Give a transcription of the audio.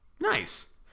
Nice